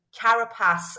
carapace